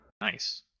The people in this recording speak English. Nice